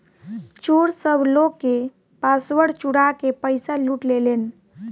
चोर सब लोग के पासवर्ड चुरा के पईसा लूट लेलेन